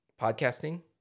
podcasting